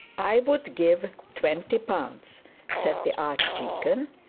i would give twenty pounds said the archdeacon,